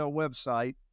website